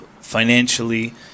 financially